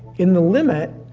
in the limit,